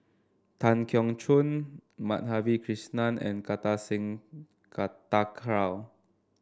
Tan Keong Choon Madhavi Krishnan and Kartar Singh Thakral